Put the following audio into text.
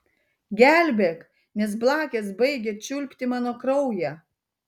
gelbėk nes blakės baigia čiulpti mano kraują